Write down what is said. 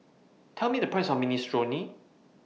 Tell Me The Price of Minestrone